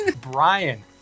Brian